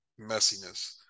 messiness